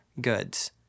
goods